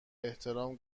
احترام